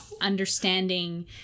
understanding